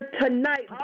tonight